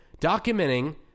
documenting